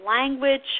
language